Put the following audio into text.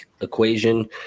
equation